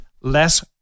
less